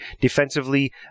Defensively